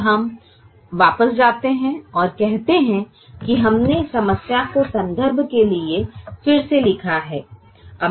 अब हम वापस जाते हैं और कहते हैं कि हमने समस्या को संदर्भ के लिए फिर से लिखा है